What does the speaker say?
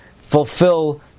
fulfill